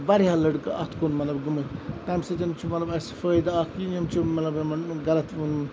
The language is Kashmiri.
واریاہ لڑکہٕ اَتھ کُن مَطلَب گٔمٕتۍ تمہ سۭتۍ چھُ مَطلَب اَسہِ فٲیدٕ اَکھ کہِ یِم چھِ مَطلَب یِمن غَلَط